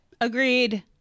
Agreed